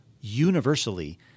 universally